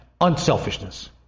unselfishness